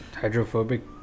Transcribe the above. hydrophobic